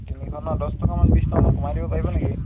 তিনিশ ন' দহ টকামান বিশ টকামান কমাই দিব পাৰিব নেকি